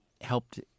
helped